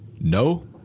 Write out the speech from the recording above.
No